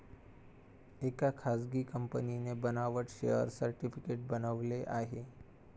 एका खासगी कंपनीने बनावट शेअर सर्टिफिकेट बनवले आहे